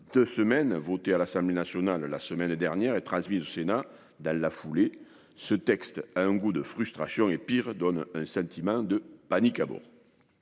deux semaines, voté à l'Assemblée nationale la semaine dernière et transmis au Sénat dans la foulée, ce texte a un goût de frustration. Pis, il donne un sentiment de panique à bord.